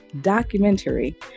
documentary